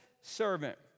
servant